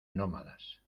nómadas